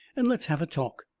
and let us have a talk.